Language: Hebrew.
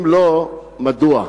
2. אם לא, מדוע?